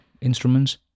instruments